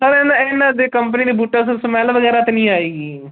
sir ਇਹਨਾਂ ਇਹਨਾਂ ਦੇ ਕੰਪਨੀ ਦੇ ਬੂਟਾਂ 'ਚੋਂ ਸਮੈਲ ਵਗੈਰਾ ਤਾਂ ਨਹੀਂ ਆਏਗੀ